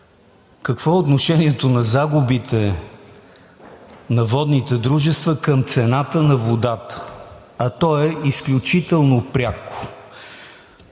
какво е отношението на загубите на водните дружества към цената на водата, а то е изключително пряко?